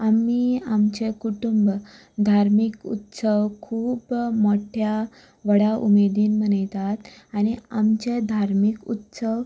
आमी आमचें कुटूंब धार्मीक उत्सव खूब मोठ्या व्हडा उमेदीन मनयतात आनी आमचे धार्मीक उत्सव